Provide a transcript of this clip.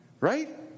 right